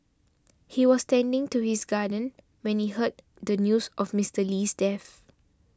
he was tending to his garden when he heard the news of Mister Lee's death